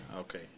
Okay